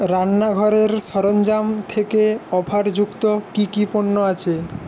রান্নাঘরের সরঞ্জাম থেকে অফার যুক্ত কি কি পণ্য আছে